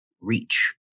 Reach